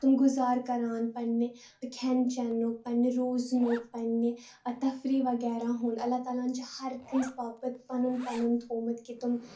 تِم گُزارٕ کَران پننہِ کھٮ۪ن چٮ۪نُک پننہِ روزنُک پننہِ عہ تفری وغیرہ ہُنٛد اللہ تعالیٰ ہَن چھ ہر کٲنٛسہِ باپتھ پَنُن پَنُن تھومُت کہِ تِم